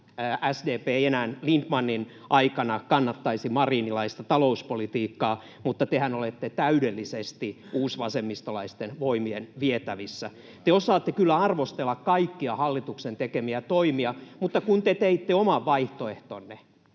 SDP ei enää Lindtmanin aikana kannattaisi marinilaista talouspolitiikkaa, mutta tehän olette täydellisesti uusvasemmistolaisten voimien vietävissä. Te osaatte kyllä arvostella kaikkia hallituksen tekemiä toimia, mutta kun te teitte oman vaihtoehtonne,